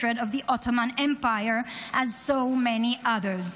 of the Ottoman Empire as so many others.